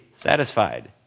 satisfied